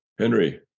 Henry